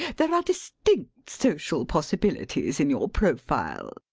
there are distinct social possibilities in your profile.